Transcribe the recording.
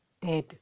dead